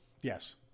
Yes